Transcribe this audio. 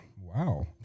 Wow